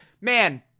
Man